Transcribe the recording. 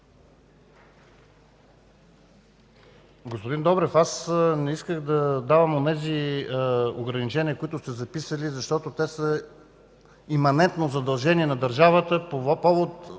Господин Добрев, аз не исках да давам онези ограничения, които сте записали, защото те са иманентно задължение на държавата по повод